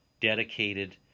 Dedicated